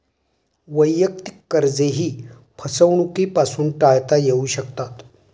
वैयक्तिक कर्जेही फसवणुकीपासून टाळता येऊ शकतात